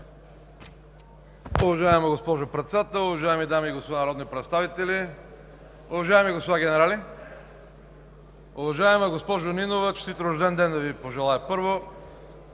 Уважаема госпожо Председател, уважаеми дами и господа народни представители, уважаеми господа генерали! Уважаема госпожо Нинова, честит рожден ден да Ви пожелая, първо!